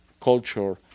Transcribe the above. culture